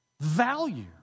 value